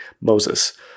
Moses